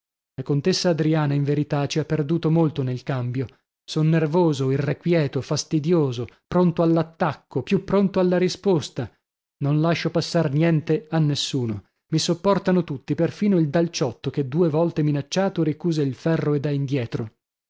la contessa adriana in verità ci ha perduto molto nel cambio son nervoso irrequieto fastidioso pronto all'attacco più pronto alla risposta non lascio passar niente a nessuno e mi sopportano tutti perfino il dal ciotto che due volte minacciato ricusa il ferro e dà indietro